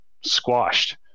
squashed